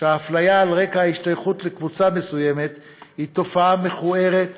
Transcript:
שאפליה על רקע השתייכות לקבוצה מסוימת היא תופעה מכוערת